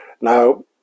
Now